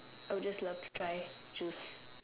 I would just love to try juice